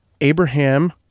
Abraham